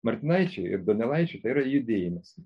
martinaičiui donelaičiui tai yra judėjimas